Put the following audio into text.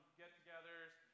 get-togethers